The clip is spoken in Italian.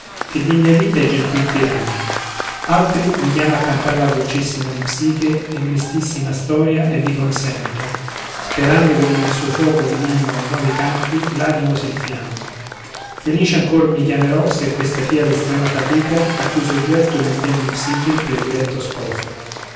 che di mia vita è gentile tiranno altri mi chiama a cantar la dolcissima di psiche e mestissima storia e vi consento sperando che nel suo fuoco divino a novi canti l'animo s'infiammi felice ancor mi chiamerò se questa fia l'estrema fatica a cui soggetto mi tien di psiche il prediletto sposo